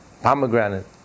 pomegranate